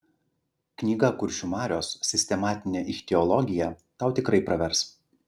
knyga kuršių marios sistematinė ichtiologija tau tikrai pravers